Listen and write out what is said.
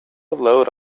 load